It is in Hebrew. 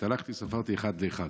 הלכתי וספרתי אחת לאחת,